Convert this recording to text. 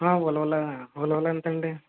ఉలవలు ఉలవలు ఎంత అండి